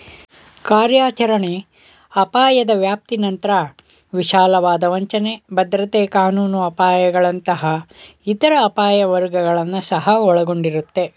ಕಾರ್ಯಾಚರಣೆ ಅಪಾಯದ ವ್ಯಾಪ್ತಿನಂತ್ರ ವಿಶಾಲವಾದ ವಂಚನೆ, ಭದ್ರತೆ ಕಾನೂನು ಅಪಾಯಗಳಂತಹ ಇತರ ಅಪಾಯ ವರ್ಗಗಳನ್ನ ಸಹ ಒಳಗೊಂಡಿರುತ್ತೆ